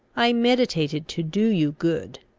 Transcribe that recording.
i meditated to do you good.